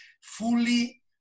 fully